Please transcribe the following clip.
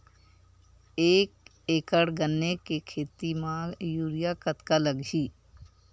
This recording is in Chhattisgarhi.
एक एकड़ गन्ने के खेती म यूरिया कतका लगही?